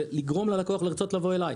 לגרום ללקוח לרצות לבוא אליי,